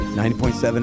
90.7